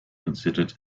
considered